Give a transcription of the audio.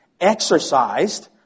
Exercised